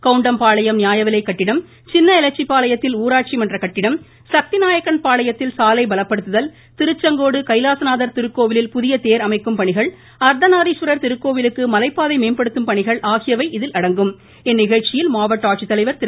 கவுண்டம்பாளையம் நியாயவிலைக்கட்டிடம் சின்ன எலச்சிபாளையத்தில் ஊராட்சி மன்ற கட்டிடம் சக்திநாயக்கன் பாளையத்தில் சாலை பலப்படுத்துதல் திருச்செங்கோடு கைலாசநாதர் திருக்கோவிலில் புதிய தேர் அமைக்கும் பணிகள் அர்த்தநாரீஸ்வரர் திருக்கோவிலுக்கு மலைப்பாதை மேம்படுத்தும் பணிகள் ஆகியவை இதில் அடங்கும் இந்நிகழ்ச்சியில் மாவட்ட ஆட்சித்தலைவர் திரு